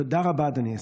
תודה רבה, אדוני השר.